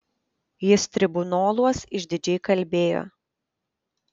jis tribunoluos išdidžiai kalbėjo